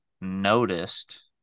noticed